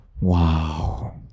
Wow